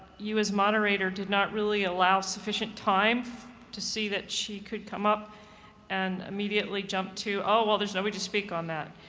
you, as moderator, did not really allow sufficient time to see that she could come up and immediately jumped to, well, there's nobody to speak on that.